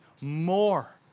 more